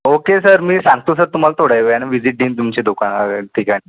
okay sir मी सांगतो sir तुम्हाला थोड्या वेळानं व्हिजिट देईन तुमच्या दुकानावर ठीक आहे